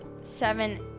seven